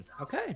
Okay